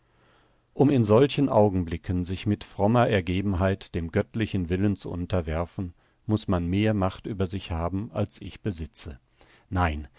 um in solchen augenblicken sich mit frommer ergebenheit dem göttlichen willen zu unterwerfen muß man mehr macht über sich haben als ich besitze nein